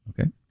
Okay